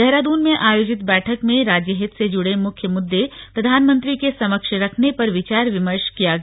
देहरादून में आयोजित बैठक में राज्य हित से जुड़े मुख्य मुददे प्रधानमंत्री के समक्ष रखने पर विचार विमर्श किया गया